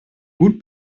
gut